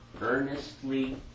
Earnestly